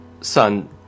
Son